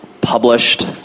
published